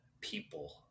people